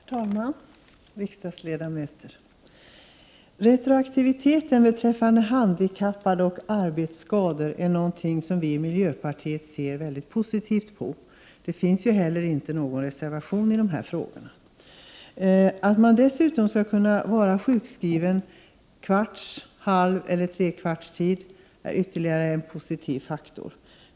Herr talman! Riksdagsledamöter! Retroaktiviteten beträffande handikappersättning och arbetsskadeersättning är någonting som vi i miljöpartiet ser mycket positivt på. Det finns inte heller någon reservation i dessa frågor. Att man skall kunna vara sjukskriven på en fjärdedels, halv eller tre fjärdedels tid är ytterligare en positiv faktor.